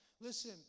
Listen